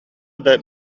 даҕаны